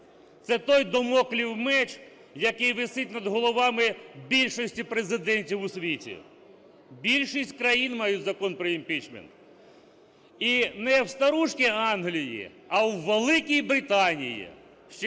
Це той дамоклів меч, який висить над головами більшості президентів у світі. Більшість країн мають закон про імпічмент, і не в "старушки Англії", а у Великій Британії